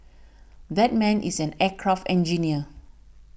that man is an aircraft engineer